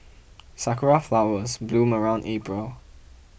sakura flowers bloom around April